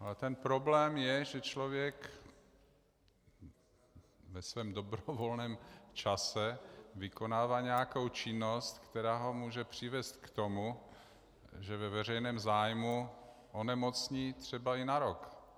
Ale problém je, že člověk ve svém dobrovolném čase vykonává nějakou činnost, která ho může přivést k tomu, že ve veřejném zájmu onemocní třeba i na rok.